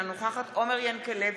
אינה נוכחת עומר ינקלביץ'